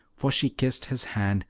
for she kissed his hand,